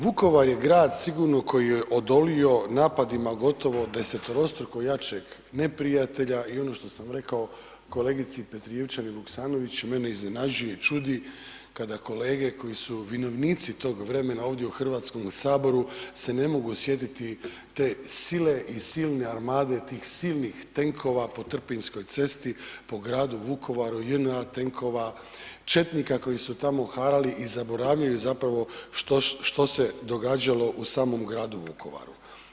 Vukovar je grad sigurno koji je odolio napadima gotovo desetorostruko jačeg neprijatelja i ono što sam rekao kolegici Petrijevčanin Vuksanović mene iznenađuje, čudi kada kolege koji su vinovnici tog vremena ovdje u Hrvatskom saboru se ne mogu sjetiti te sile i silne armade, tih silnih tenkova po Trpinjskoj cesti, po gradu Vukovaru, JNA tenkova, četnika koji su tamo harali i zaboravljaju zapravo što se događalo u samom gradu Vukovaru.